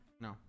No